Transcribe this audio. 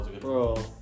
Bro